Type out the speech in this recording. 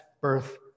birth